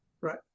right